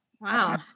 Wow